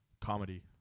Comedy